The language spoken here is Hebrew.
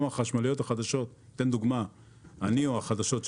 גם החשמליות החדשות או החשמליות החדשות